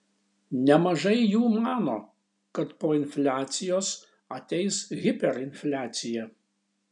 nemažai jų mano kad po infliacijos ateis hiperinfliacija